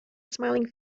smiling